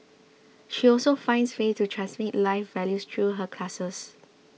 she also finds ways to transmit life values through her classes